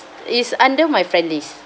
is under my friend list